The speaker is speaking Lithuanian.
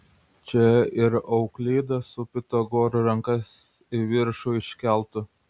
čia ir euklidas su pitagoru rankas į viršų iškeltų